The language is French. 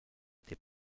été